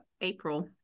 april